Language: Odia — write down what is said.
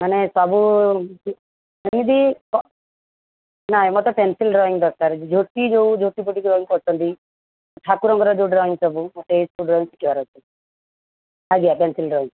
ମାନେ ସବୁ ନାଇଁ ଦିଦି ନାଇ ମୋତେ ପେନ୍ସିଲ୍ ଡ୍ରଇଁ ଦରକାର ଝୋଟି ଯୋଉ ଝୋଟି ଫୋଟି ଡ୍ରଇଁ କରୁଛନ୍ତି ଠାକୁରଙ୍କ ଯୋଉ ଡ୍ରଇଁ ସବୁ ମୋତେ ଏଇ ସବୁ ଡ୍ରଇଁ ଶିଖିବାର ଅଛି ଆଜ୍ଞା ପେନ୍ସିଲ୍ ଡ୍ରଇଁ